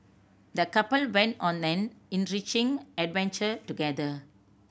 the couple went on an enriching adventure together